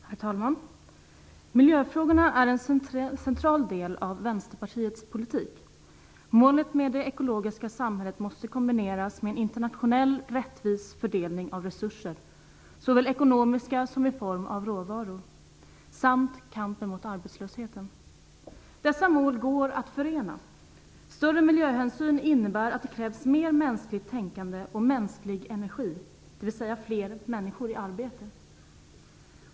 Herr talman! Miljöfrågorna är en central del av Vänsterpartiets politik. Målet med det ekologiska samhället måste kombineras med en internationellt rättvis fördelning av resurser, såväl ekonomiska som i form av råvaror, samt kampen mot arbetslösheten. Dessa mål går att förena. Större miljöhänsyn innebär att det krävs mer mänskligt tänkande och mänsklig energi, dvs. fler människor i arbete.